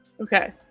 Okay